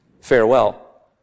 Farewell